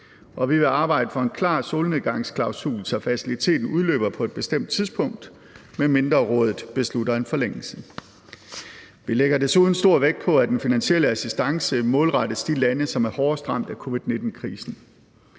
og vi vil arbejde for en klar solnedgangsklausul, så faciliteten udløber på et bestemt tidspunkt, medmindre Rådet beslutter en forlængelse. Vi lægger desuden stor vægt på, at den finansielle assistance målrettes de lande, som er hårdest ramt af covid-19-krisen.